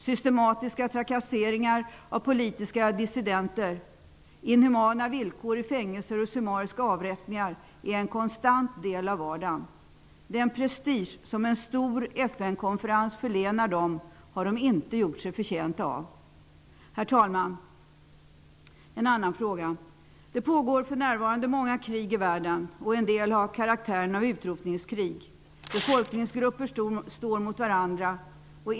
Systematiska trakasserier av politiska dissidenter, inhumana villkor i fängelser och summariska avrättningar är en konstant del av vardagen. Den prestige som en stor FN-konferens förlänar dem har de inte gjort sig förtjänta av. Herr talman! Det pågår för närvarande många krig i världen. En del har karaktären av utrotningskrig. Befolkningsgrupper står mot varandra.